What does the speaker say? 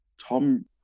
Tom